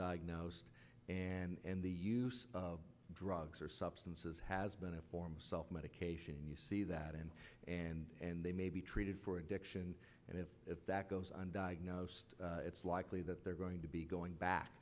diagnosed and the use of drugs or substances has been a form of self medication and you see that in and they may be treated for addiction and if that goes on diagnosed it's likely that they're going to be going back